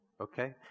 Okay